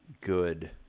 good